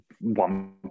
one